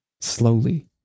slowly